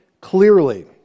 clearly